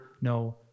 no